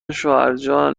شوهرجان